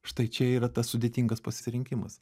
štai čia yra tas sudėtingas pasirinkimas